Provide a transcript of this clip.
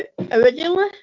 originally